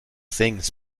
things